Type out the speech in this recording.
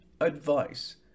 advice